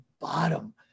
bottom